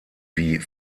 wie